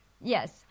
yes